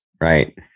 right